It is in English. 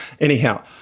anyhow